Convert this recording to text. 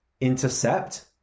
intercept